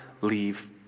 leave